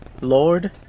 Lord